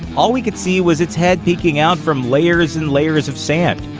all we could see was its head peeking out from layers and layers of sand.